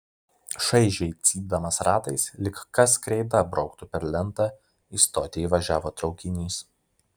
šaižiai cypdamas ratais lyg kas kreida brauktų per lentą į stotį įvažiavo traukinys